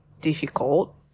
difficult